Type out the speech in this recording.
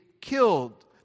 killed